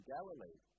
Galilee